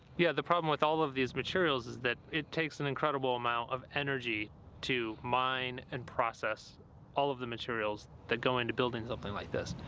yeah, the problem with all of these materials is that it takes an incredible amount of energy to mine and process all of the materials that go into building something like this.